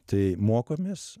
tai mokomės